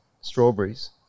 strawberries